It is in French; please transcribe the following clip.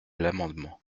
l’amendement